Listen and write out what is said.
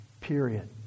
period